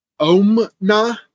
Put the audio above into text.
OMNA